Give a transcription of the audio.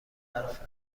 حرفه